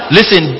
Listen